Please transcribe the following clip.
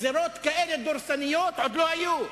גזירות דורסניות כאלה עוד לא היו,